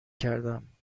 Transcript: کردم